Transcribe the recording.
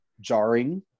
jarring